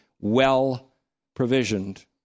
well-provisioned